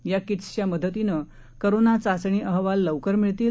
या किट्सच्या मदतीनं कोरोना चाचणी अहवाल लवकर मिळतील